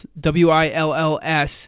W-I-L-L-S